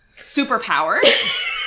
superpowers